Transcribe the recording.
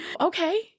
okay